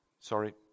sorry